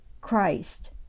Christ